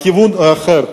הכיוון האחר,